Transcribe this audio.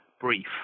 brief